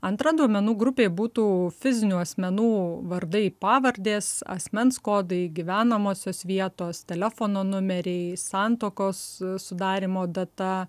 antra duomenų grupė būtų fizinių asmenų vardai pavardės asmens kodai gyvenamosios vietos telefono numeriai santuokos sudarymo data